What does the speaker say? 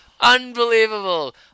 Unbelievable